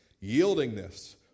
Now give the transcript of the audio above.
yieldingness